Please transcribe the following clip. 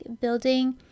building